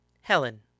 Helen